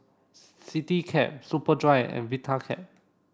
Citycab Superdry and Vitapet